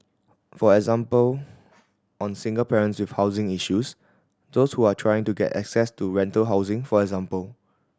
for example on single parents with housing issues those who are trying to get access to rental housing for example